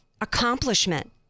accomplishment